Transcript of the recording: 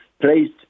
placed